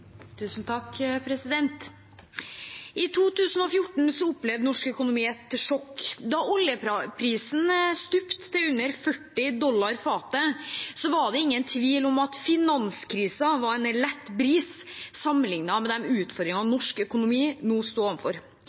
I 2014 opplevde norsk økonomi et sjokk. Da oljeprisen stupte til under 40 dollar fatet, var det ingen tvil om at finanskrisen var en lett bris sammenliknet med de utfordringene norsk økonomi da sto